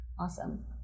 Awesome